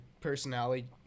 personality